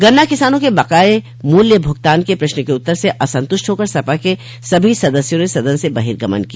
गन्ना किसानों के बकाये मूल्य भूगतान के प्रश्न के उत्तर से असंतुष्ट होकर सपा के सभी सदस्यों ने सदन से बहिर्गमन किया